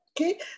Okay